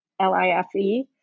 L-I-F-E